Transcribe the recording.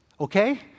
Okay